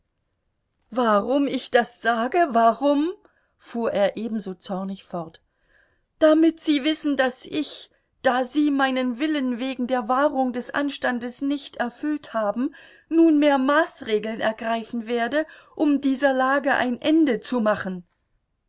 warum ich das sage warum fuhr er ebenso zornig fort damit sie wissen daß ich da sie meinen willen wegen der wahrung des anstandes nicht erfüllt haben nunmehr maßregeln ergreifen werde um dieser lage ein ende zu machen